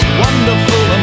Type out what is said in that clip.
wonderful